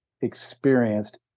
experienced